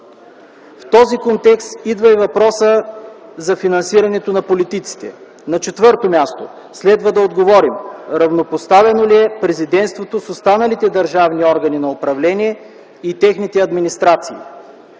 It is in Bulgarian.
В този контекст идва и въпросът за финансирането на политиците. На четвърто място следва да отговорим: Равнопоставено ли е Президентството с останалите държавни органи на управление и техните администрации?